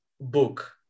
book